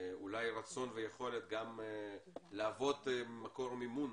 אולי רצון ויכולת גם להוות מקור מימון